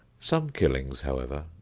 some killings, however,